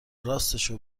راستشو